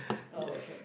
oh okay